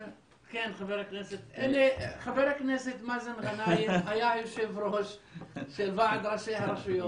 חבר הכנסת מאזן גנאים היה יושב ראש של ועד ראשי הרשויות.